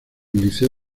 liceo